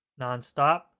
Nonstop